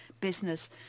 business